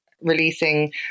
releasing